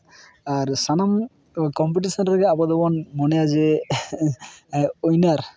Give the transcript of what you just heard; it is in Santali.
ᱟᱨ ᱥᱟᱱᱟᱢ ᱠᱚᱢᱯᱤᱴᱤᱥᱮᱱ ᱨᱮᱜᱮ ᱟᱵᱚ ᱫᱚᱵᱚᱱ ᱢᱚᱱᱮᱭᱟ ᱡᱮ ᱣᱤᱱᱟᱨ